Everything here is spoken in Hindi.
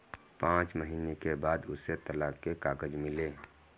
पांच महीने के बाद उसे तलाक के कागज मिले